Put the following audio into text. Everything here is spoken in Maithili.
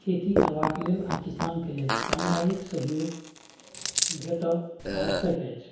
खेती करबाक लेल आ किसानक लेल समुदायिक सहयोग भेटब आवश्यक अछि